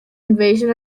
invasion